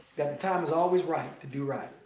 that the time is always right to do right.